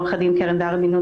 עורכת הדין קרן דהרי בן נון,